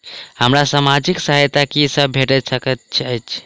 हमरा सामाजिक सहायता की सब भेट सकैत अछि?